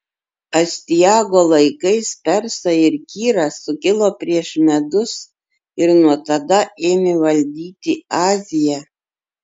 astiago laikais persai ir kyras sukilo prieš medus ir nuo tada ėmė valdyti aziją